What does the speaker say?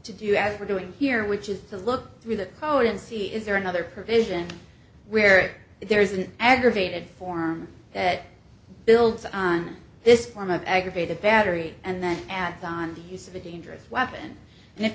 to do as we're doing here which is to look through the code in c is there another provision where there is an aggravated form that builds on this form of aggravated battery and then and on the use of a dangerous weapon and if